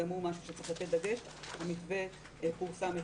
המתווה פורסם אתמול.